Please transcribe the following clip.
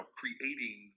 creating